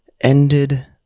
ended